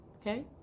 Okay